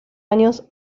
años